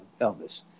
Elvis